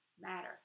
matter